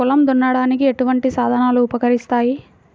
పొలం దున్నడానికి ఎటువంటి సాధనలు ఉపకరిస్తాయి?